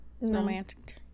romantic